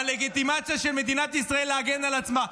בלגיטימציה של מדינת ישראל להגן על עצמה.